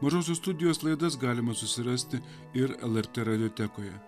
mažosios studijos laidas galima susirasti ir lrt radiotekoje